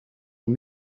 een